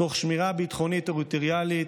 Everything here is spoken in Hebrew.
תוך שמירה ביטחונית טריטוריאלית,